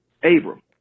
Abram